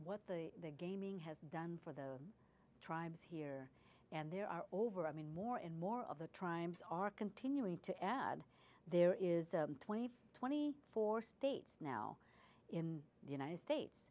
what the gaming has done for the tribes here and there are over i mean more and more of the triumphs are continuing to add there is twenty twenty four states now in the united states